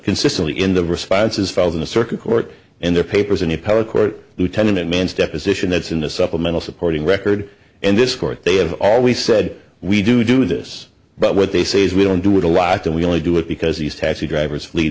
consistently in the responses filed in the circuit court and their papers an appellate court lieutenant man's deposition that's in the supplemental supporting record and this court they have always said we do do this but what they say is we don't do it a lot and we only do it because he's taxi drivers fle